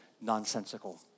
nonsensical